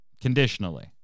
conditionally